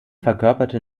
verkörperte